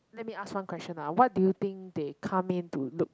let me ask one question lah what do you think they come in to look